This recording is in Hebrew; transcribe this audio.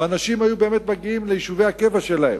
ואנשים היו באמת מגיעים ליישובי הקבע שלהם.